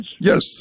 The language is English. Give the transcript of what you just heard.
Yes